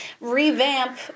revamp